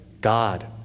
God